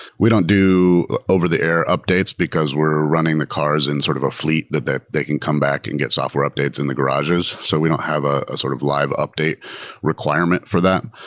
we don't do over the air updates, because we're running the cars in sort of a fl eet that that they can come back and get software updates in the garages. so we don't have a sort of live update requirement for that.